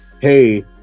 hey